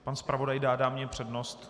Pan zpravodaj dá dámě přednost.